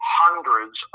hundreds